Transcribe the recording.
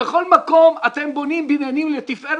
בכל מקום אתם בונים בניינים לתפארת,